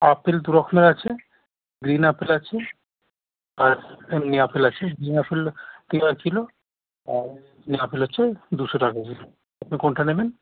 apple দুরকমের আছে green apple আছে আর এমনি আপেল আছে এমনি আপেল টাকা কিলো আর গ্রীন আপেল হচ্ছে দুশো টাকা কিলো আপনি কোনটা নেবেন